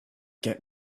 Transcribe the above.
get